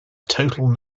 total